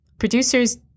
Producers